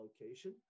location